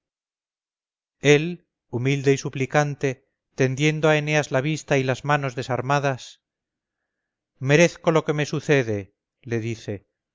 el humilde y suplicante tendiendo a eneas la vista y las manos desarmadas merezco lo que me sucede le dice